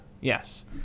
Yes